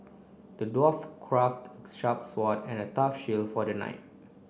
the dwarf crafted a sharp sword and a tough shield for the knight